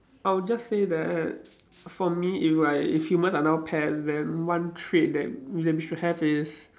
I'll just say that for me if I if humans are now pets then one trait that that we should have is